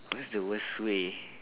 what's the worst way